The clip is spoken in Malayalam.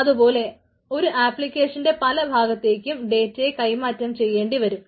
അതുപോലെ ഒരു ആപ്ലിക്കേഷന്റെ പലഭാഗത്തേക്കും ഡേറ്റയെ കൈമാറ്റം ചെയ്യേണ്ടിവരും